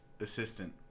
assistant